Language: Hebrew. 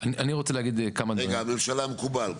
זה מקובל על הממשלה?